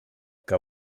que